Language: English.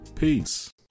Peace